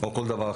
או כל דבר אחר.